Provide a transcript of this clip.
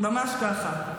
ממש ככה.